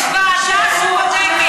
אז עכשיו בדיוק